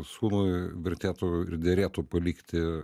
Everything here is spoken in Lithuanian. sūnui vertėtų ir derėtų palikti